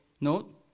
note